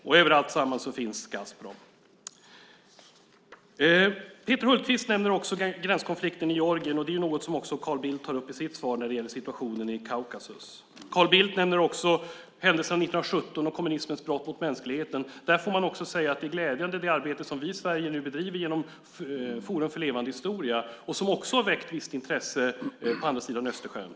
Och över alltsammans finns Gazprom. Peter Hultqvist nämner gränskonflikten i Georgien. Det är något som också Carl Bildt tar upp i sitt svar när det gäller situationen i Kaukasus. Carl Bildt nämner också händelserna 1917 och kommunismens brott mot mänskligheten. Där får man säga att det arbete som vi i Sverige nu bedriver genom Forum för levande historia och som också har väckt visst intresse på andra sidan Östersjön är glädjande.